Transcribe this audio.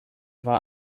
war